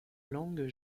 langue